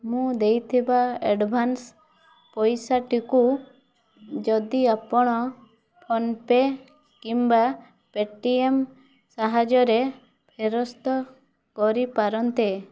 ମୁଁ ଦେଇଥିବା ଆଡ଼୍ଭାନ୍ସ୍ ପଇସାଟିକୁ ଯଦି ଆପଣ ଫୋନ୍ପେ କିମ୍ବା ପେଟିଏମ୍ ସାହାଯ୍ୟରେ ଫେରସ୍ତ କରିପାରନ୍ତେ